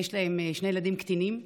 יש להם שני ילדים קטינים,